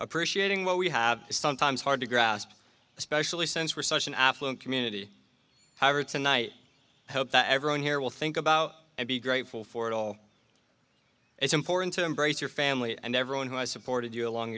appreciating what we have is sometimes hard to grasp especially since we're such an affluent community however tonight i hope that everyone here will think about and be grateful for it all it's important to embrace your family and everyone who has supported you along